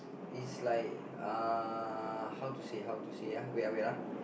it's like uh how to say how to say uh wait uh wait uh